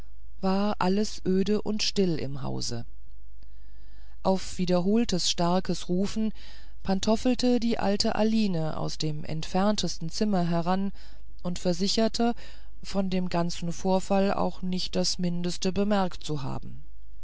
war alles öde und still im hause auf wiederholtes starkes rufen pantoffelte die alte aline aus dem entferntesten zimmer heran und versicherte von dem ganzen vorfall auch nicht das mindeste bemerkt zu haben